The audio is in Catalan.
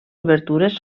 obertures